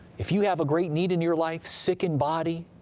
if you have a great need in your life sick in body,